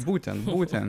būtent būtent